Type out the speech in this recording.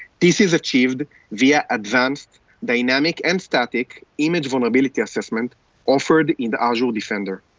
this is achieved via advanced dynamic and static image vulnerability assessment offered in the azure defender.